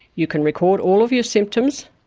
you can record all of your symptoms,